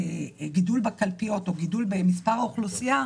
יש את החזקת המרכז הלוגיסטי של ועדת